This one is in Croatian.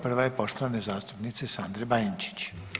Prva je poštovane zastupnice Sandre Benčić.